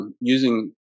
Using